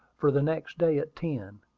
for the next day at ten,